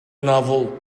novel